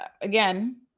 again